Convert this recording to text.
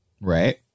Right